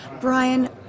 Brian